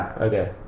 okay